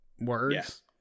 words